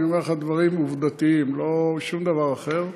ואני אומר לך דברים עובדתיים, לא שום דבר אחר.